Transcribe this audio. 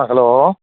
ആ ഹലോ